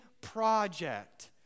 project